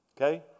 okay